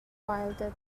wielded